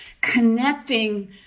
connecting